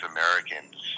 Americans